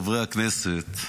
חברי הכנסת,